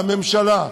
לממשלה,